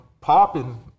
popping